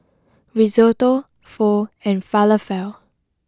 Risotto Pho and Falafel